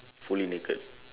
fully naked